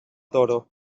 toro